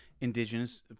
indigenous